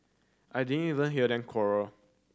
I didn't even hear them quarrel